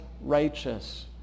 righteous